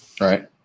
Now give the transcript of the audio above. right